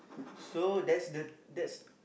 so that's the that's